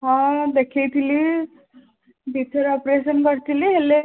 ହଁ ଦେଖାଇଥିଲି ଦୁଇଥର ଅପରେସନ୍ କରିଥିଲି ହେଲେ